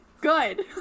good